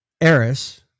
Eris